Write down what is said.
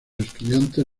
estudiantes